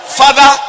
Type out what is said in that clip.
father